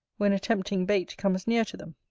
when a tempting bait comes near to them.